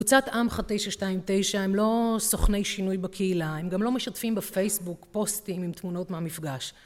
קבוצת עמך 929, הם לא סוכני שינוי בקהילה, הם גם לא משתפים בפייסבוק פוסטים עם תמונות מהמפגש.